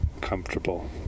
comfortable